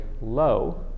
low